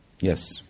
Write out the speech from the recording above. Yes